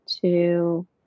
two